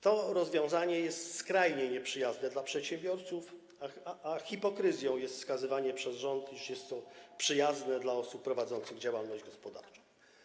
To rozwiązanie jest skrajnie nieprzyjazne dla przedsiębiorców, a hipokryzją jest wskazywanie przez rząd, iż jest to przyjazne dla osób prowadzących działalność gospodarczą.